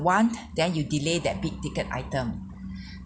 want then you delay that big ticket item